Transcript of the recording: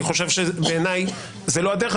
בעיניי זו לא הדרך,